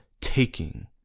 taking